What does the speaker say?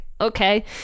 Okay